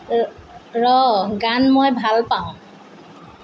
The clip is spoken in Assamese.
ৰহ্ গান মই ভাল পাওঁ